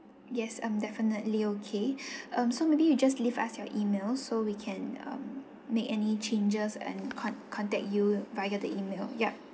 yes um definitely okay um so maybe you just leave us your E-mail so we can um make any changes and con~ contact you via the E-mail yup